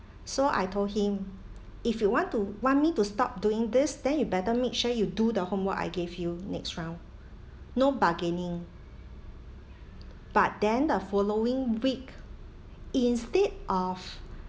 so I told him if you want to want me to stop doing this then you better make sure you do the homework I gave you next round no bargaining but then the following week instead of